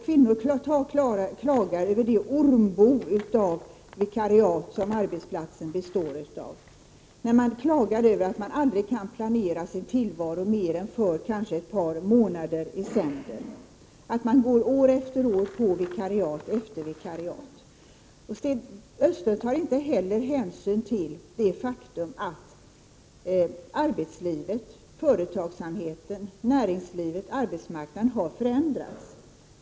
Kvinnor klagar över det ormbo av vikariat som arbetsplatsen består av. De klagar över att de aldrig kan planera sin tillvaro mer än ett par månader i sänder. De går år efter år på vikariat efter vikariat. Sten Östlund tar inte heller hänsyn till det faktum att arbetslivet, företagsamheten, näringslivet och arbetsmarknaden har förändrats.